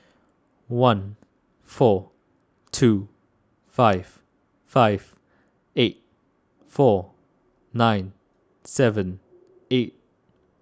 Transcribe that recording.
one four two five five eight four nine seven eight